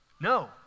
No